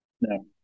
No